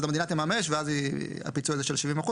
אז המדינה תממש ואז הפיצוי הזה של ה-70%.